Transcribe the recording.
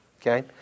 Okay